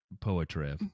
poetry